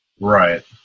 Right